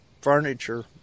furniture